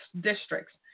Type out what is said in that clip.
districts